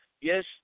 Yes